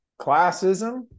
classism